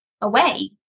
away